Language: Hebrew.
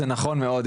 זה נכון מאוד,